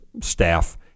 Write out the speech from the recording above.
staff